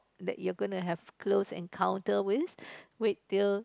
that you're gonna have close encounter with wait till